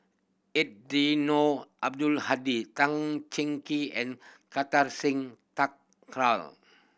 Eddino Abdul Hadi Tan Cheng Kee and Kartar Singh Thakral